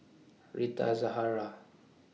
Rita Zahara